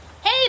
Hey